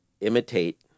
imitate